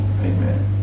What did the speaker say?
Amen